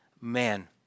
man